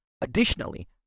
Additionally